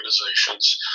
organizations